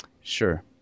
sure